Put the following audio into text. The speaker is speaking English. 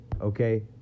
okay